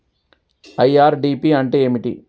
IRDP అంటే ఏమిటి?